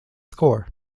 score